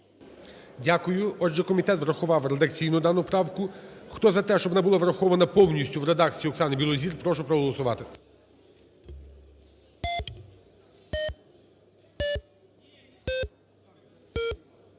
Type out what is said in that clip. Дякую. Отже, комітет врахував редакційно дану правку. Хто за те, щоб вона була врахована повністю в редакції Оксани Білозір, прошу проголосувати.